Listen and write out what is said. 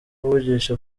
kuvugisha